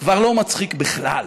כבר לא מצחיק בכלל.